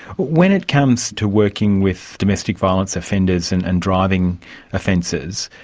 when it comes to working with domestic violence offenders and and driving offences,